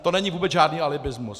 To není vůbec žádný alibismus!